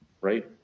Right